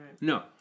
No